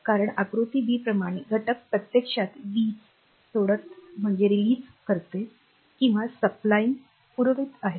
कारण आकृती बी प्रमाणे घटक प्रत्यक्षात वीज releasingसोडत किंवा supplyingपुरवित आहे